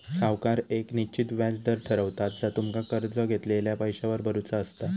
सावकार येक निश्चित व्याज दर ठरवता जा तुमका कर्ज घेतलेल्या पैशावर भरुचा असता